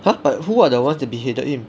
!huh! but who are the ones that beheaded him